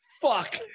fuck